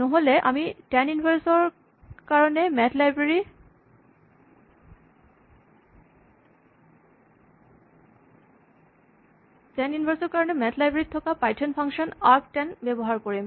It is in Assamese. নহ'লে আমি টেন ইনভাৰ্চ ৰ কাৰণে মেথ লাইব্ৰেৰী ত থকা পাইথন ফাংচন আৰ্ক টেন ব্যৱহাৰ কৰিম